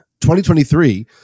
2023